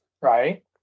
right